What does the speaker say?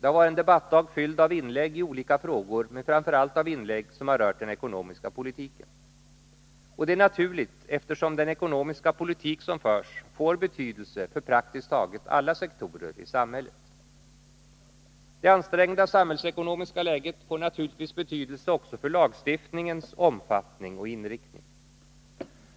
Det har varit en debattdag fylld av inlägg i olika frågor men framför allt av inlägg som har rört den ekonomiska politiken. Och det är naturligt, eftersom den ekonomiska politik som förs får betydelse för praktiskt taget alla sektorer i samhället. Det ansträngda samhällsekonomiska läget får naturligtvis betydelse också för lagstiftningens omfattning och inriktning.